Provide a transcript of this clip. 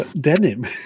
denim